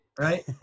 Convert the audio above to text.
right